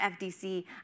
FDC